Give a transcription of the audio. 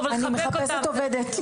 ולחבק אותם.